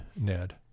Ned